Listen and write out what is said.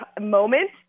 moment